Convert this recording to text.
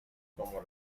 como